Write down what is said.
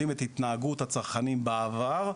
יודעים את התנהגות הצרכנים בעבר.